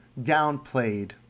downplayed